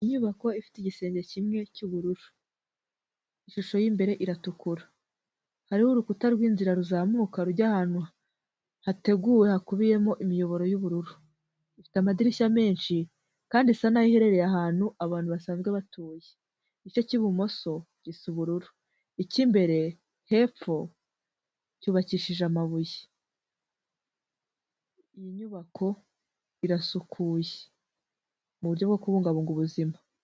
Inyubako ifite igisenge kimwe cy'ubururu ishusho y'imbere iratukura, hariho urukuta rw'inzira ruzamuka rujya ahantu hateguwe hakubiyemo imiyoboro y'ubururu, ifite amadirishya menshi kandi isa n'aho iherereye ahantu abantu basanzwe batuye, igice cy'ibumoso gisa ubururu icy'imbere hepfo cyubakishije amabuye, iyi nyubako irasukuye mu buryo bwo kubungabunga ubuzima.